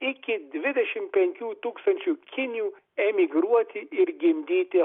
iki dvidešim penkių tūkstančių kinių emigruoti ir gimdyti